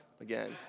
again